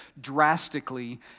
drastically